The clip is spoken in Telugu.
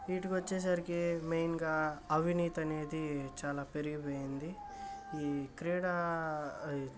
వీటికొచ్చేసరికి మెయిన్గా అవినీతి అనేది చాలా పెరిగిపోయింది ఈ క్రీడా